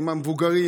עם המבוגרים,